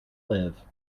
live